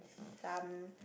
some